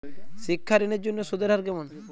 শিক্ষা ঋণ এর জন্য সুদের হার কেমন?